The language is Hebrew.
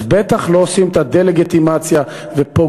אז בטח לא עושים את הדה-לגיטימציה ופוגעים,